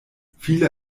viele